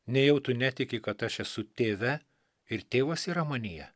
nejau tu netiki kad aš esu tėve ir tėvas yra manyje